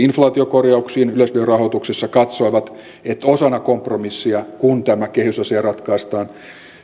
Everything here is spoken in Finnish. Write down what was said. inflaatiokorjauksiin yleisradion rahoituksessa katsoivat että osana kompromissia kun tämä kehysasia ratkaistaan